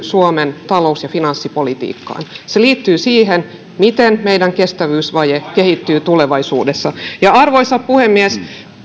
suomen talous ja finanssipolitiikkaan se liittyy siihen miten meidän kestävyysvaje kehittyy tulevaisuudessa arvoisa puhemies